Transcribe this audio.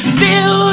feel